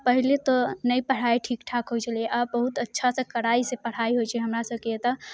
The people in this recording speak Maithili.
पहिले तऽ नहि पढ़ाइ ठीक ठाक होइ छलैहँ आब बहुत अच्छासँ कड़ाइसँ पढ़ाइ होइ छै हमरा सभके एतऽ